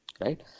right